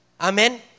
Amen